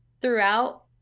throughout